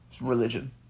religion